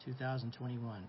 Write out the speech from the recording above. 2021